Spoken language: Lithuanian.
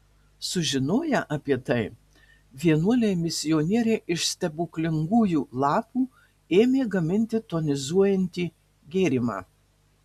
sužinoję apie tai vienuoliai misionieriai iš stebuklingųjų lapų ėmė gaminti tonizuojantį gėrimą